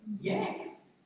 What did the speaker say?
Yes